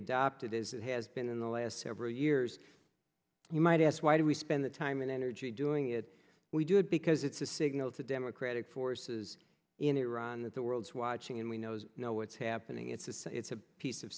adopted is it has been in the last several years you might ask why do we spend the time and energy doing it we do it because it's a signal to democratic forces in iran that the world's watching and we know you know what's happening it's the same it's a piece of